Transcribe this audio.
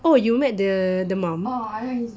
oh you met the the mum